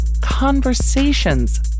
conversations